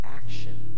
action